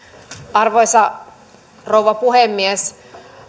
arvoisa rouva puhemies